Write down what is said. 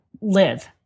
live